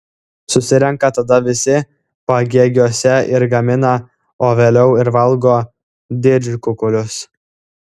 susirenka tada visi pagėgiuose ir gamina o vėliau ir valgo didžkukulius